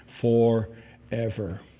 forever